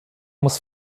muss